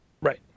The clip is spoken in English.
Right